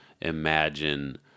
imagine